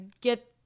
get